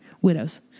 Widows